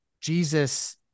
Jesus